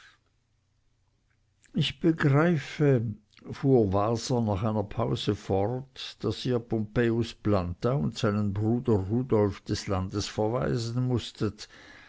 ich begreife fuhr waser nach einer pause fort daß ihr pompejus planta und seinen bruder rudolf des landes verweisen mußtet